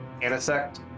anisect